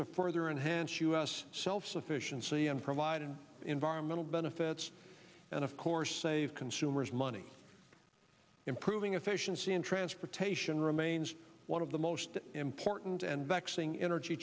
to further enhance u s self sufficiency and provide environmental benefits and of course save consumers money improving efficiency in transportation remains one of the most important and